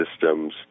Systems